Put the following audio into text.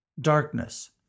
Darkness